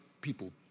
people